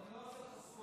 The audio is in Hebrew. עליזה נכבדה,